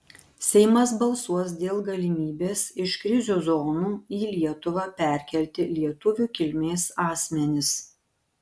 seimas balsuos dėl galimybės iš krizių zonų į lietuvą perkelti lietuvių kilmės asmenis